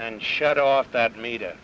and shut off that meter